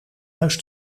huis